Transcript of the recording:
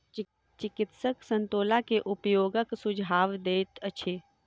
चिकित्सक संतोला के उपयोगक सुझाव दैत अछि